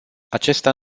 acesta